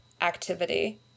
activity